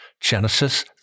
Genesis